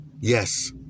Yes